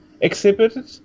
exhibited